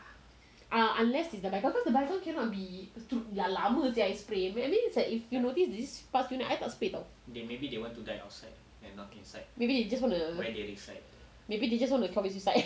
unless it's like the baygon but the baygon cannot be is like dah lama sia I spray but if you notice this past few nights I tak spray [tau] maybe they just wanna commit suicide